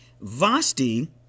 Vasti